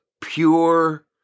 pure